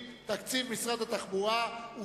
סעיף 40, משרד התחבורה, לשנת 2010, נתקבל.